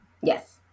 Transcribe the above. yes